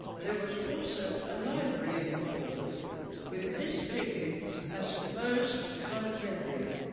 there was also a library in the hall with miss dickins as first librarian